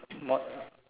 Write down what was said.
not